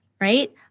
right